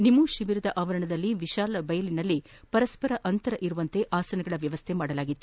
ನಿಮೂ ಶಿಬಿರದ ಆವರಣದಲ್ಲಿ ವಿಶಾಲ ಬಯಲಿನಲ್ಲಿ ಪರಸ್ವರ ಅಂತರವಿರುವಂತೆ ಆಸನಗಳ ವ್ಲವಸ್ಥೆ ಮಾಡಲಾಗಿತ್ತು